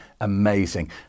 amazing